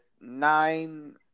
nine